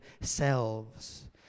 selves